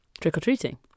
trick-or-treating